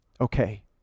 Okay